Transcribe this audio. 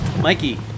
Mikey